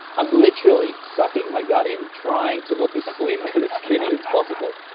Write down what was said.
i'm literally sucking my gut in trying to look as slim and as skinny as possible.